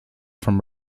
from